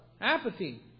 Apathy